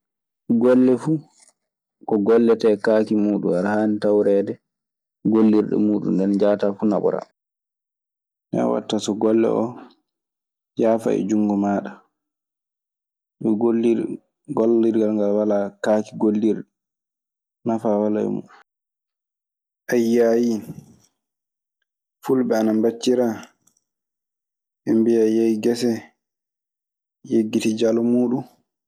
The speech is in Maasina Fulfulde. Golle fuu, ko golletee kaake muuɗun, aɗe haani tawreede gollirɗe muuɗun ɗee. Nde njahataa fuu, naɓoraa. Nden waɗta so golle oo yaafa e junngo maaɗa. Gollirgal angal walaa kaake gollirɗe, nafaa walaa e mun. A yiiyaayi fulɓe ana mbaccira, ɓe mbiya yehii gese yeggitii jalo muuɗun.